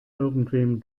irgendwem